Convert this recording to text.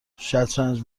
شطرنج